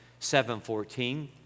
7-14